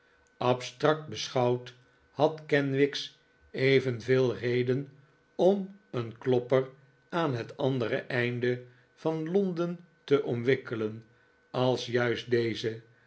abstract beschouwd had kenwigs evenveel reden om een klopper aan het andere einde van londen te omwikkelen als juist dezen